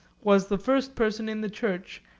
was the first person in the church,